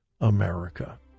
America